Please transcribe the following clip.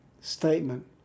statement